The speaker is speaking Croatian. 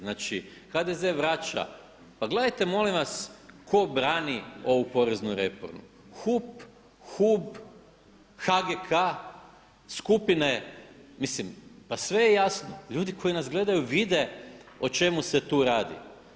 Znači HDZ vraća, pa gledajte molim vas tko brani ovu poreznu reformu, HUP, HUB, HGK, skupine, mislim pa sve je jasno, ljudi koji nas gledaju vide o čemu se tu radi.